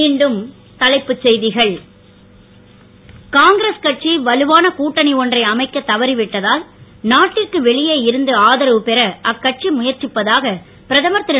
மீண்டும் தலைப்புச் செய்திகள் காங்கிரஸ் கட்சி வலுவான கூட்டணி ஒன்றை அமைக்க தவறிவிட்டதால் நாட்டிற்கு வெளியே இருந்து ஆதரவு பெற அக்கட்சி முயற்சிப்பதாக பிரதமர் திரு